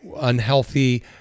unhealthy